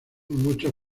muchos